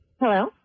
Hello